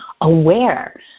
aware